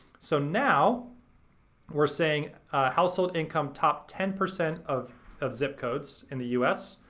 so now we're saying household income top ten percent of of zip codes in the u s.